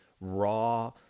raw